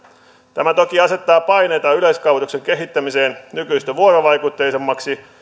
tämä toki asettaa paineita yleiskaavoituksen kehittämiseen nykyistä vuorovaikutteisemmaksi